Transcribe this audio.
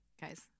guys